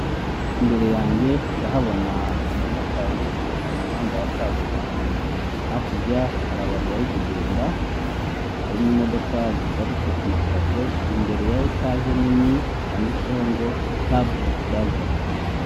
Imbere yange ndahabona umumotari uri kugenda mu muhanda wa kaburimbo. Hakurya hari abantu bari kugenda, hari n'imodoka ziparitse ku mapave, imbere ya etaje nini yanditseho ngo "Tabuzi pulaza".